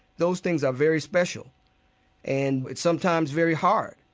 those things are very special and, at some times, very hard.